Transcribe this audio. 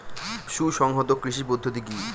সুসংহত কৃষি পদ্ধতি কি?